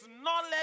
knowledge